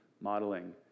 modeling